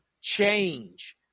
change